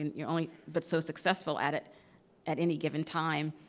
and you're only but so successful at it at any given time.